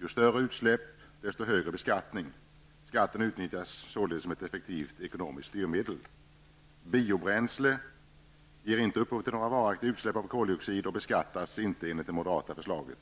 Ju större utsläpp, desto högre beskattning. Skatten utnyttjas således som ett effektivt ekonomiskt styrmedel. Biobränsle ger inte upphov till några varaktiga utsläpp av koldioxid och beskattas inte enligt det moderata förslaget.